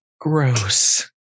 gross